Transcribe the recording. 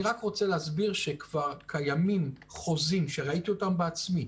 אני רק רוצה להסביר שכבר קיימים חוזים שראיתי אותם בעצמי,